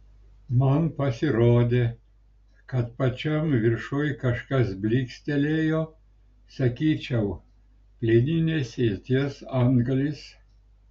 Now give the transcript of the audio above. man pasirodė kad pačiam viršuj kažkas blykstelėjo sakyčiau plieninis ieties antgalis